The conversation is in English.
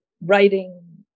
writing